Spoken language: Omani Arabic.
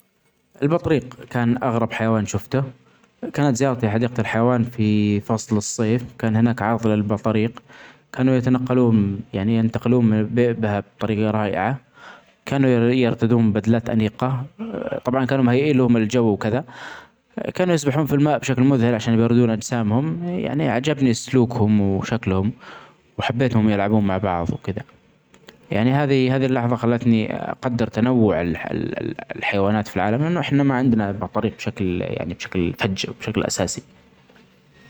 البطريق ،كان أغرب حيوان شفته ،كانت زيارتي لحديقة الحيوان في فصل الصيف، كان هناك عدد من البطاريق كانوا يتنقلون يعني ينتقلون من بطريقة رائعة ،كانوا كأن يرتدون بدلات أنيقة ، طبعا كانوا مهيئيين لهم الجو وكذا .كانوا يسبحون في الماء بشكل مذهل عشان يبردون أجسامهم ، يعني أعجبني سلوكهم وشكلهم وحبيتهم يلعبون مع بعض وكده. يعني هذه الحظه خلتني أقدر تنوع الحيوانات في العالم لأنه إحنا ما عندنا بطاريق بشكل فج بشكل أساسي.